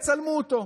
יצלמו אותו.